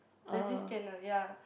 there's this scanner ya